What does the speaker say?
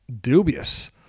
dubious